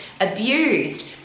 Abused